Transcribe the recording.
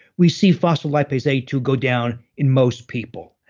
we see phospholipase a two go down in most people.